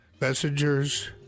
messengers